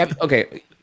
okay